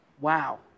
Wow